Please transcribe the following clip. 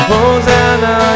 Hosanna